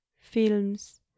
films